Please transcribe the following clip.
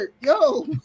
Yo